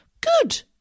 Good